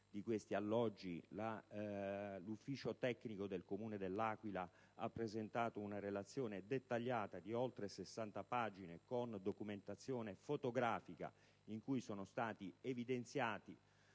di questi alloggi, l'Ufficio tecnico del Comune dell'Aquila ha presentato una relazione dettagliata di oltre 60 pagine, con documentazione fotografica, nella quale sono stati evidenziati